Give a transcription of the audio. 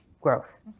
growth